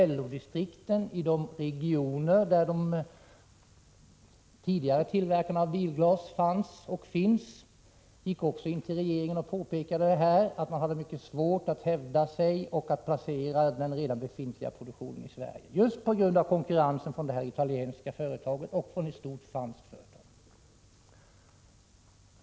LO-distrikten i de regioner där de tidigare tillverkarna — 23 oktober 1986 av bilglas fanns och finns gick också till regeringen och påpekade att man hade mycket svårt att hävda sig och placera den redan befintliga produktionen i Sverige, just på grund av konkurrensen från det italienska företaget och från ett stort franskt företag.